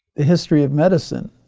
the history of medicine,